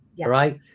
Right